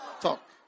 Talk